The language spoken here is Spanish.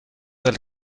del